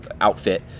outfit